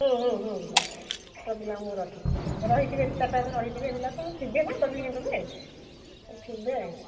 ହୁଁ ହୁଁ ହୁଁ ହୁଁ ମୁଁ ପିଲାଙ୍କୁ ମୁଁ ରଖିଛି ରହିଥିବେ ସେ ଚାରିଟାବେଳ ରହିଥିବେ ପିଲାସବୁ ଥିବେନା କୋଚିଂ ସେଣ୍ଟର୍ରେ ଥିବେ